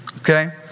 okay